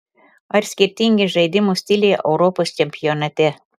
ar skirtingi žaidimo stiliai europos čempionate